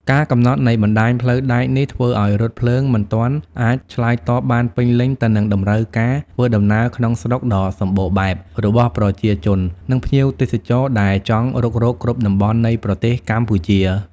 ការកំណត់នៃបណ្តាញផ្លូវដែកនេះធ្វើឱ្យរថភ្លើងមិនទាន់អាចឆ្លើយតបបានពេញលេញទៅនឹងតម្រូវការធ្វើដំណើរក្នុងស្រុកដ៏សម្បូរបែបរបស់ប្រជាជន និងភ្ញៀវទេសចរ ដែលចង់រុករកគ្រប់តំបន់នៃប្រទេសកម្ពុជា។